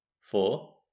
Four